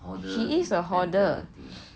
she is a hoarder